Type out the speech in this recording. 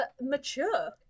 mature